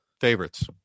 favorites